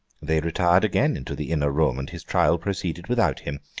they retired again into the inner room, and his trial proceeded without him.